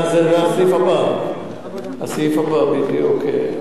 81 הכבאים, זה הסעיף הבא, הסעיף הבא בדיוק.